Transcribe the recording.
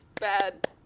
Bad